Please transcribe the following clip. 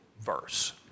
verse